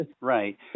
Right